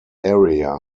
area